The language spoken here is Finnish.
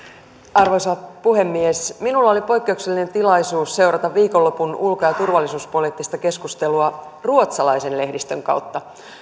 arvoisa puhemies minulla oli poikkeuksellinen tilaisuus seurata viikonlopun ulko ja turvallisuuspoliittista keskustelua ruotsalaisen lehdistön kautta